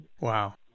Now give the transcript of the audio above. Wow